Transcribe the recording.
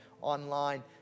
online